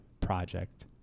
project